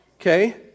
okay